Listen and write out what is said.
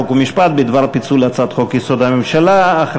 חוק ומשפט בדבר פיצול הצעת חוק-יסוד: הממשלה (תיקון,